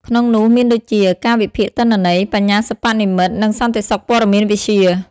ក្នុងនោះ មានដូចជា ការវិភាគទិន្នន័យ បញ្ញាសិប្បនិម្មិត និងសន្តិសុខព័ត៌មានវិទ្យា។